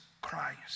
Christ